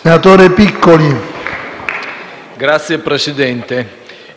facoltà. PICCOLI *(FI-PdL XVII)*.